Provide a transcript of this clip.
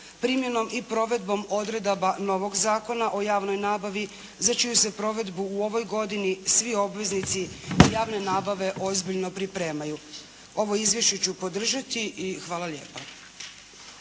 primjenom i provedbom odredaba novog Zakona o javnoj nabavi za čiju se provedbu u ovoj godini svi obveznici javne nabave ozbiljno pripremaju. Ovo izvješće ću podržati i hvala lijepo.